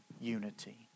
unity